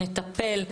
נטפל,